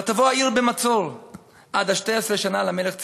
ותבֹא העיר במצור עד עשתי עשרה שנה למלך צדקיהו,